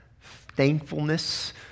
thankfulness